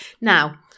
Now